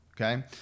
Okay